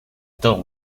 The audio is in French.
tort